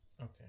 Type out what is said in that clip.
Okay